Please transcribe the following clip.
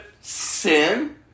sin